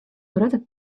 grutte